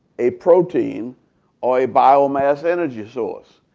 a protein, or a biomass energy source.